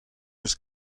eus